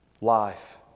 life